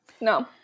No